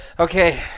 Okay